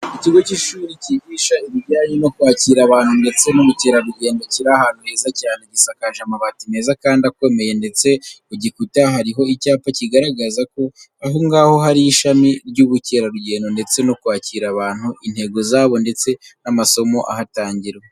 Ikigo cy'ishuri cyigisha ibijyanye no kwakira abantu ndetse n'ubukerarugendo kiri ahantu heza cyane. Gisakaje amabati meza kandi akomeye ndetse ku gikuta hariho icyapa kigaragaza ko aho ngaho hari ishami ry'ubukerarugendo ndetse no kwakira abantu, intego zabo ndetse n'amasomo ahatangirwa.